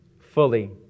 fully